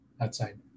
outside